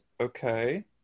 okay